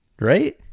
right